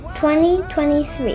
2023